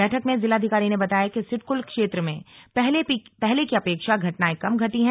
बैठक में जिलाधिकारी ने बताया की सिडकुल क्षेत्र में पहले की अपेक्षा घटनाएं कम घटी हैं